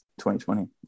2020